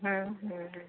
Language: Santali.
ᱦᱮᱸ ᱦᱮᱸ ᱦᱮᱸ